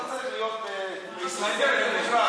אתה צריך להיות בישראל דמוקרטית.